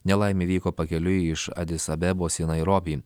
nelaimė įvyko pakeliui iš adis abebos į nairobį